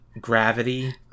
gravity